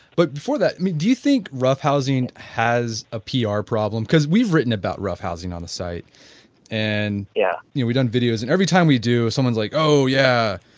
but before that, i mean do you think roughhousing has a pr problem, because we've written about roughhousing on the site and, yeah you know we've done videos and every time we do someone's like oh, yeah,